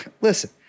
listen